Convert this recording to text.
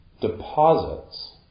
deposits